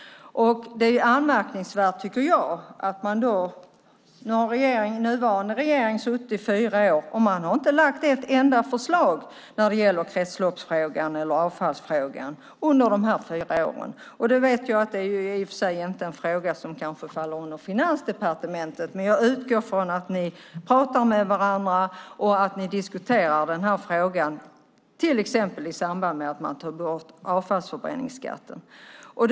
Det är anmärkningsvärt att den nuvarande regeringen har suttit vid makten i fyra år, men den har inte lagt fram ett enda förslag när det gäller kretsloppsfrågan eller avfallsfrågan. Jag vet att det inte är en fråga som faller under Finansdepartementet. Men jag utgår från att ni pratar med varandra och att ni diskuterar denna fråga, till exempel i samband med att avfallsförbränningsskatten togs bort.